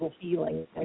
feeling